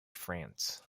france